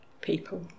people